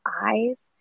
eyes